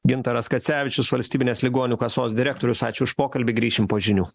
gintaras kacevičius valstybinės ligonių kasos direktorius ačiū už pokalbį grįšim po žinių